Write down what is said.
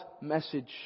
message